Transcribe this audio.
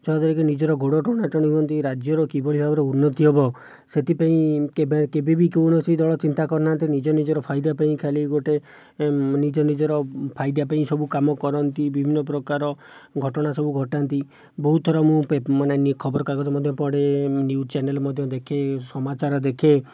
ଯଦ୍ଦ୍ୱାରାକି ନିଜର ଗୋଡ଼ ଟଣାଟଣି ହୁଅନ୍ତି ରାଜ୍ୟର କିଭଳି ଭାବରେ ଉନ୍ନତି ହେବ ସେଥିପାଇଁ କେବେ କେବେ ବି କୌଣସି ଦଳ ଚିନ୍ତା କରିନାହାନ୍ତି ନିଜ ନିଜର ଫାଇଦା ପାଇଁ ଖାଲି ଗୋଟିଏ ନିଜ ନିଜର ଫାଇଦା ପାଇଁ ସବୁ କାମ କରନ୍ତି ବିଭିନ୍ନ ପ୍ରକାର ଘଟଣା ସବୁ ଘଟାନ୍ତି ବହୁତ ଥର ମୁଁ ମାନେ ଖବର କାଗଜ ମଧ୍ୟ ପଢ଼େ ନ୍ୟୁଜ୍ ଚ୍ୟାନେଲ ମଧ୍ୟ ଦେଖେ ସମାଚାର ଦେଖେ